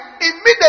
immediately